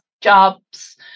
jobs